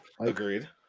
Agreed